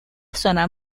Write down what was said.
zona